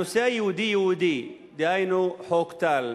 הנושא היהודי-היהודי, דהיינו חוק טל.